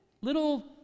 little